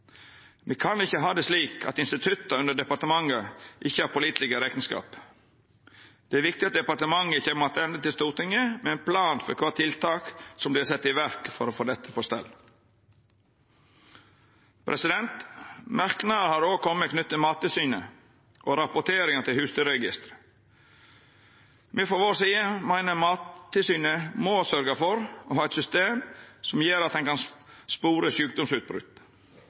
Me kan ikkje ha det slik at institutt under departementet ikkje har pålitelege rekneskap. Det er viktig at departementet kjem attende til Stortinget med ein plan for kva tiltak som vert sette i verk for å få dette på stell. Merknader har òg kome knytt til Mattilsynet og rapporteringa til Husdyrregisteret. Me frå vår side meiner Mattilsynet må sørgja for å ha eit system som gjer at ein kan